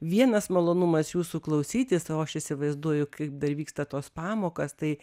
vienas malonumas jūsų klausytis o aš įsivaizduoju kaip dar vyksta tos pamokos tai